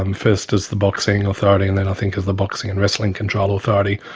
um first as the boxing authority and then i think as the boxing and wrestling control authority,